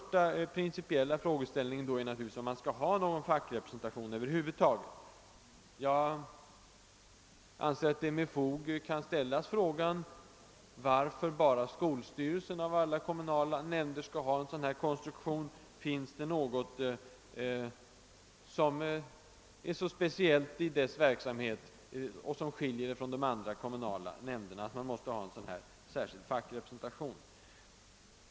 Principiellt blir då frågan först och främst den, om det skall finnas någon sådan fackrepresentation över huvud taget. Jag anser att man med fog kan fråga varför bara skolstyrelsen av alla kommunala nämnder skall ha en konstruktion av det här slaget. Finns det något som är så speciellt i dess verksamhet och som så skiljer den från de andra kommunala nämnderna att skolstyrelsen måste ha en särskild fackrepresentation?